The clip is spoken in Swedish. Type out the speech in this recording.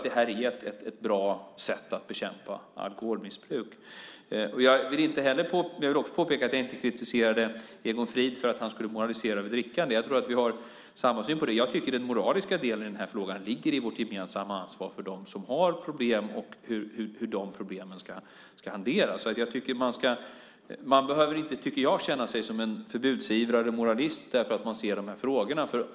Det är ett bra sätt att bekämpa alkoholmissbruk. Jag vill också påpeka att jag inte kritiserade Egon Frid för att han skulle moralisera över drickandet. Jag tror att vi har samma syn på det. Jag tycker att den moraliska delen i frågan ligger i vårt gemensamma ansvar för dem som har problem och hur de problemen ska hanteras. Jag tycker inte att man ska behöva känna sig som en förbudsivrare och moralist därför att man ser frågorna.